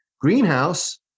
greenhouse